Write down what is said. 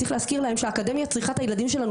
צריך להזכיר להם שהאקדמיה צריכה את הילדים שלנו,